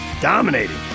dominating